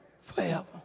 forever